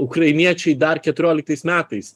ukrainiečiai dar keturioliktais metais